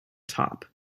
top